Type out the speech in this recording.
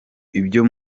ibyo